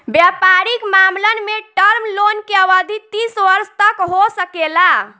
वयपारिक मामलन में टर्म लोन के अवधि तीस वर्ष तक हो सकेला